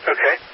Okay